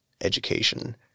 education